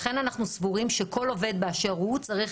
לכן אנחנו חושבים שכל עובד באשר הוא צריך